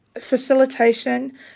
facilitation